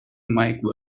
mike